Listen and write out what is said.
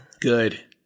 Good